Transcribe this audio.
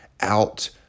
out